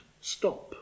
stop